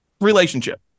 relationship